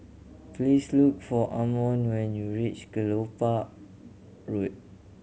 please look for Amon when you reach Kelopak Road